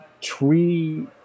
tree